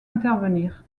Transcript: intervenir